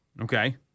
Okay